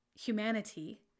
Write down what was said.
humanity